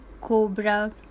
cobra